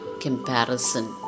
comparison